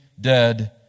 dead